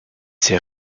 ses